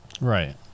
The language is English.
right